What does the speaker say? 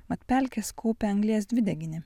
mat pelkės kaupia anglies dvideginį